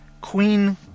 Queen